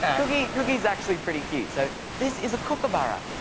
cookie cookie is actually pretty cute. so this is a kookaburra.